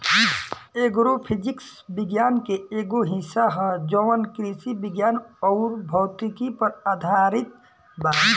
agro physics विज्ञान के एगो हिस्सा ह जवन कृषि विज्ञान अउर भौतिकी पर आधारित बा